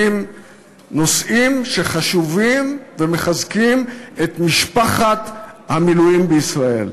נושאים שהם חשובים ומחזקים את משפחת המילואים בישראל.